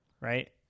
right